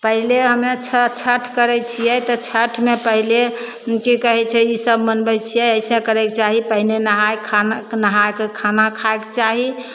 पहिले हमे छ छठि करै छिए तऽ छठिमे पहिले कि कहै छै ईसब मनबै छिए एहिसे करैके चाही पहिले नहाइ खाना नहैके खाना खाइके चाही